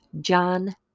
John